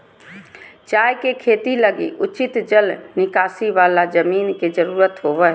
चाय के खेती लगी उचित जल निकासी वाला जमीन के जरूरत होबा हइ